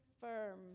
firm